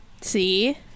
See